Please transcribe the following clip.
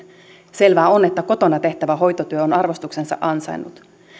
selvää on että kotona tehtävä hoitotyö on arvostuksensa ansainnut